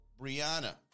Brianna